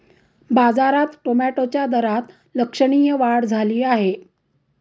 बाजारात टोमॅटोच्या दरात लक्षणीय वाढ झाली आहे